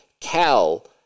Cal